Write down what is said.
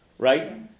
Right